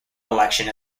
election